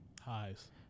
Highs